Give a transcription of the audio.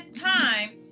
time